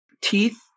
Teeth